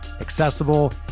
accessible